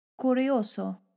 Curioso